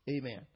Amen